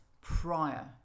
prior